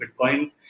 Bitcoin